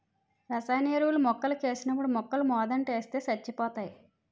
రసాయన ఎరువులు మొక్కలకేసినప్పుడు మొక్కలమోదంట ఏస్తే సచ్చిపోతాయి